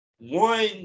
one